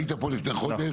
היית לפני חודש,